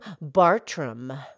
Bartram